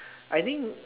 I think